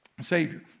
Savior